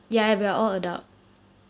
ya we are all adults